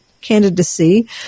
candidacy